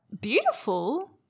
Beautiful